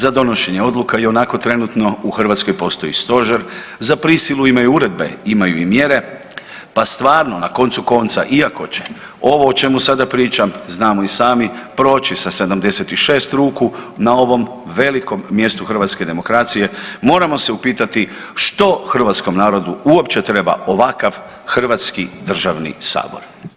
Za donošenje odluka i onako trenutno u Hrvatskoj postoji stožer, za prisilu imaju uredbe, imaju i mjere pa stvarno na koncu konca iako će ovo o čemu sada pričam, znamo i sami, proći sa 76 ruku na ovom velikom mjestu hrvatske demokracije, moramo se upitati što hrvatskom narodu uopće treba ovakav Hrvatski državni sabor.